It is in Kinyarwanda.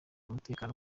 umutekano